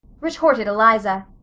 retorted eliza.